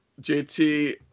JT